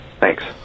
Thanks